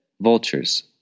vultures